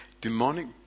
Demonic